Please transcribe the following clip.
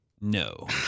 No